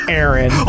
Aaron